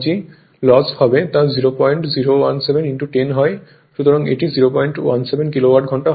অর্থাৎ এটি 017 কিলোওয়াট ঘন্টা হবে